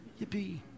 Yippee